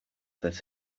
that